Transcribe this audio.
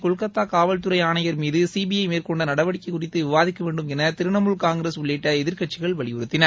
கொல்கத்தா காவல்துறை ஆணையர் மீது சிபிஐ மேற்கொண்ட நடவடிக்கை குறித்து விவாதிக்க வேண்டும் என திரிணாமுல் காங்கிரஸ் உள்ளிட்ட எதிர்க்கட்சிகள் வலியுறுத்தின